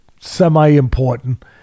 semi-important